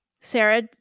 Sarah